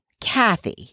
Kathy